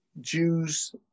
Jews